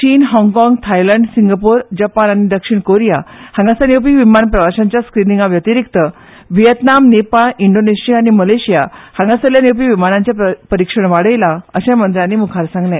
चीन हाँगकाँग Thailand Singapore Japan आनी दक्षिण कोरीया हांगासावन येवपी विमान प्रवाश्यांच्या स्निंगा व्यतीरीक्त व्हिएतनाम नेपाळ इंडोनेशिया आनी मलेशिया हांगासल्ल्यान येवपी विमानाचे परीक्षण वाढयला अशें मंत्र्यानी मुखार सांगले